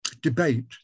debate